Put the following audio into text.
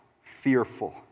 Fearful